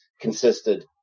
consisted